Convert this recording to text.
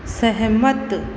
सहमत